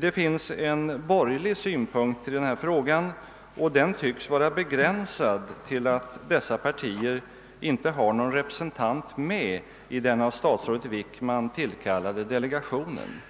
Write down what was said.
Det finns en borgerlig synpunkt i denna fråga, och den tycks vara begränsad till att de borgerliga partierna inte har någon representant med i den av statsrådet Wickman tillkallade delegationen.